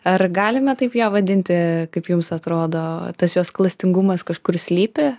ar galime taip ją vadinti kaip jums atrodo tas jos klastingumas kažkur slypi